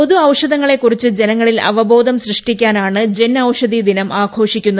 പൊതു ഔഷധങ്ങളെക്കുറിച്ച് ജനങ്ങളിൽ അവബോധം സൃഷ്ടിക്കാനാണ് ജൻ ഔഷധി ദിനം ആഘോഷിക്കുന്നത്